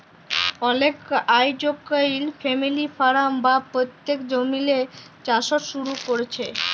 অলেকে আইজকাইল family farm বা পৈত্তিক জমিল্লে চাষট শুরু ক্যরছে